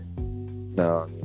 No